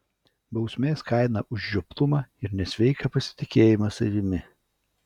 bausmės kaina už žioplumą ir nesveiką pasitikėjimą savimi